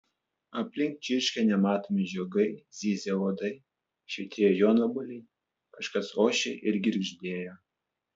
aplink čirškė nematomi žiogai zyzė uodai švytėjo jonvabaliai kažkas ošė ir girgždėjo